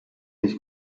ich